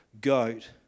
goat